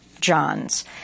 Johns